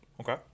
okay